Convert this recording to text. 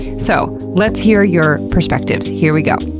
so, let's hear your perspectives. here we go!